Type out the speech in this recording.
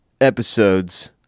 episodes